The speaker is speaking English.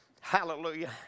Hallelujah